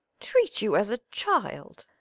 treat you as a child!